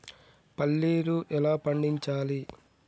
పల్లీలు ఎలా పండించాలి?